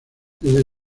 desde